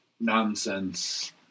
nonsense